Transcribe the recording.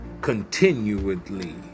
continually